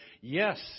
Yes